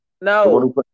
No